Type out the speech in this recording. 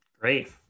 Great